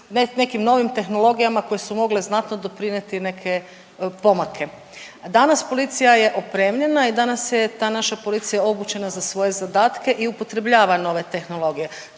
nekim novim tehnologijama koje su mogle znatno doprinijeti neke pomake. Danas policija je opremljena i danas je ta naša policija obučena za svoje zadatke i upotrebljava nove tehnologije.